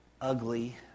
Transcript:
ugly